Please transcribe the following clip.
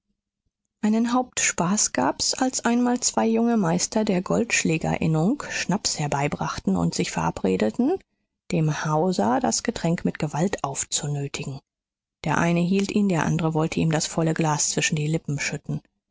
einen hauptspaß gab's als einmal zwei junge meister der goldschlägerinnung schnaps herbeibrachten und sich verabredeten dem hauser das getränk mit gewalt aufzunötigen der eine hielt ihn der andre wollte ihm das volle glas zwischen die lippen schütten